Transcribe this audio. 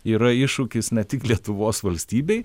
yra iššūkis ne tik lietuvos valstybei